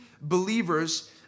believers